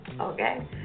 okay